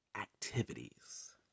activities